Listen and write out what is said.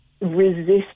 resist